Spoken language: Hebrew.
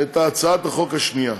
את הצעת החוק השנייה.